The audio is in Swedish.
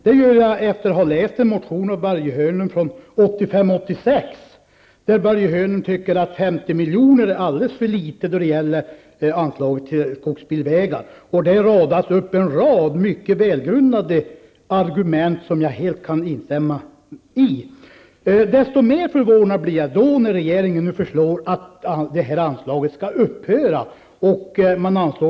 Det gör jag efter att ha läst en motion av Börje Hörnlund från 1985/86, där han anser att 50 milj.kr. är alldeles för litet när det gäller anslag till skogsbilvägar. Börje Hörnlund radar upp flera mycket välgrundade argument som jag helt kan instämma i. Desto mer förvånad blir jag när regeringen nu föreslår att detta anslag skall upphöra.